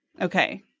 Okay